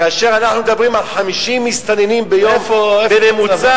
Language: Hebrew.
כאשר אנחנו מדברים על 50 מסתננים ביום בממוצע,